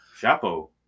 Chapo